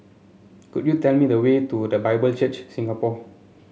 could you tell me the way to The Bible Church Singapore